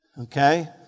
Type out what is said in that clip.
Okay